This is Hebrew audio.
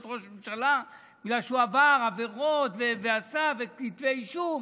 ראש ממשלה בגלל שהוא עבר עבירות ועשו וכתבי אישום.